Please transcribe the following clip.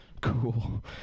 Cool